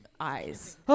eyes